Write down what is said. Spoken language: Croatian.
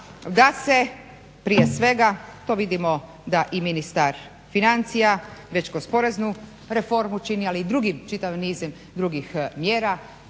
da se prije svega to vidimo da i ministar financija već kroz poreznu reformu čini, ali i čitav niz drugih mjera,